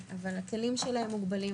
אבל הכלים שלהם מוגבלים.